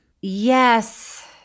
Yes